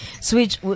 switch